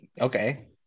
okay